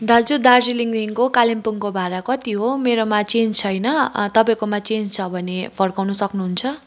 दाजु दार्जीलिङदेखिको कालिम्पोङको भाडा कति हो मेरोमा चेन्ज छैन तपाईँकोमा चेन्ज छ भने फर्काउनु सक्नुहुन्छ